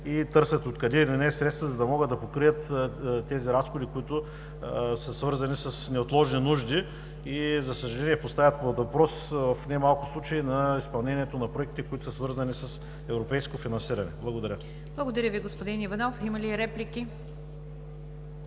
и търсят откъде да намерят средства, за да могат да покрият тези разходи, които са свързани с неотложни нужди и за съжаление поставят под въпрос в не малко случаи изпълнението на проектите, които са свързани с европейско финансиране. Благодаря. ПРЕДСЕДАТЕЛ НИГЯР ДЖАФЕР: Благодаря Ви, господин Иванов. Има ли реплики?